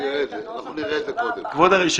יראה את הנוסח בישיבה הבאה.